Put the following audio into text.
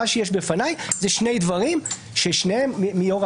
מה שיש בפניי זה שני דברים ששניהם מיושב-ראש